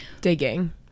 digging